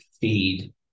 feed